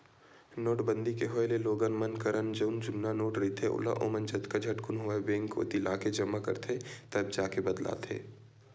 नोटबंदी के होय ले लोगन मन करन जउन जुन्ना नोट रहिथे ओला ओमन जतका झटकुन होवय बेंक कोती लाके जमा करथे तब जाके बदलाथे